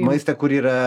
maistą kur yra